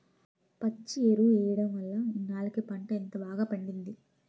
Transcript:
పచ్చి ఎరువు ఎయ్యడం వల్లే ఇన్నాల్లకి పంట ఇంత బాగా పండింది